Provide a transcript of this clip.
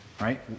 Right